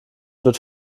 wird